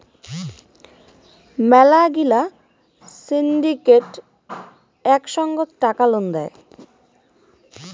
মেলা গিলা সিন্ডিকেট এক সঙ্গত টাকা লোন দেয়